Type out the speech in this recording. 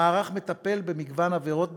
המערך מטפל במגוון עבירות בסייבר,